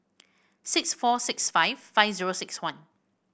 six four six five five zero six one